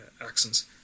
accents